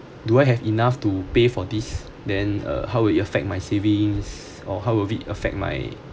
do I have enough to pay for this then uh how would it affect my savings or how would it affect my